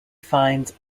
finds